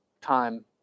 time